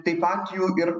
taip pat jų ir